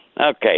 Okay